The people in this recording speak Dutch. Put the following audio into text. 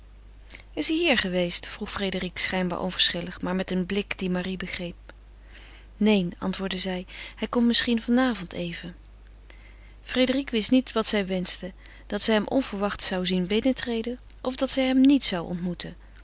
is hij hier geweest vroeg frédérique schijnbaar onverschillig maar met een blik dien marie begreep neen antwoordde zij hij komt misschien van avond even frédérique wist niet wat zij wenschte dat zij hem onverwachts zou zien binnentreden of dat zij hem niet zou ontmoeten